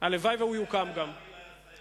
הלוואי שהוא יוקם גם-כן.